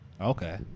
okay